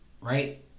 right